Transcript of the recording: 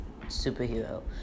superhero